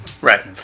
right